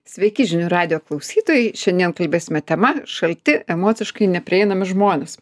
sveiki žinių radijo klausytojai šiandien kalbėsime tema šalti emociškai neprieinami žmonės